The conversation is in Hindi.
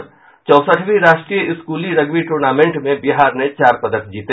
और चौसठवीं राष्ट्रीय स्कूली रग्बी टूर्नामेंट में बिहार ने चार पदक जीते